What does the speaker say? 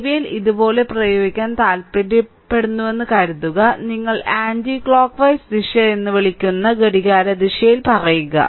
KVL ഇതുപോലെ പ്രയോഗിക്കാൻ താൽപ്പര്യപ്പെടുന്നുവെന്ന് കരുതുക നിങ്ങൾ ആന്റി ക്ലോക്ക്വൈസ് ദിശ എന്ന് വിളിക്കുന്ന ഘടികാരദിശയിൽ പറയുക